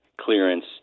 clearance